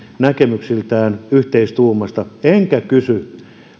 näkemyksiltään yhteistuumaista enkä kysy